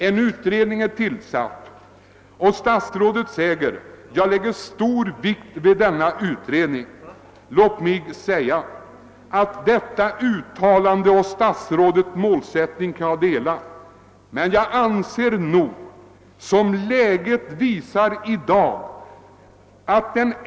En utredning är tillsatt, och statsrådet säger: »Jag lägger stor vikt vid denna utredning.» Detta uttalande kan jag instämma i och jag delar även statsrådets uppfattning om målsättningen.